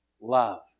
Love